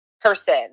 person